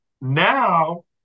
Now